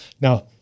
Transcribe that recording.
Now